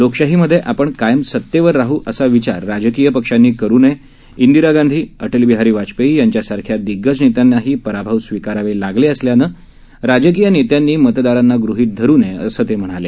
लोकशाहीमधे आपण कायम सत्तेवर राह असा विचार राजकीय पक्षांनी करू नये इंदिरा गांधी अटल बिहारी वाजपेयी यांच्यासारख्या दिग्गज नेत्यांनाही पराभव स्वीकारावे लागले असल्यानं राजकीय नेत्यांनी मतदारांना गृहीत धरू नये असं ते म्हणाले